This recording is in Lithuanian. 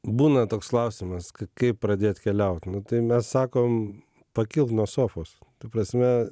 būna toks klausimas kaip pradėt keliaut nu tai mes sakom pakilt nuo sofos ta prasme